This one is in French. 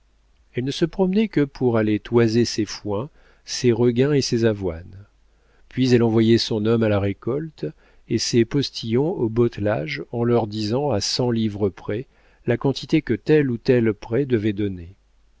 elle ne se promenait que pour aller toiser ses foins ses regains et ses avoines puis elle envoyait son homme à la récolte et ses postillons au bottelage en leur disant à cent livres près la quantité que tel ou tel pré devait donner